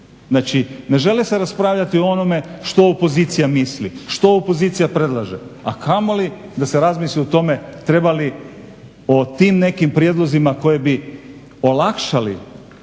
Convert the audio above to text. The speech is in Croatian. znači ne žele se raspravljati o onome što opozicija misli, što opozicija predlaže, a kamoli da se razmisli o tome treba li o tim nekim prijedlozima koji bi olakšali rad